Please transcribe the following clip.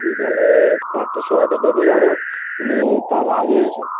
বিকেলে চারটের সময় তো বেরিয়ে যাব তুমি তার আগে এস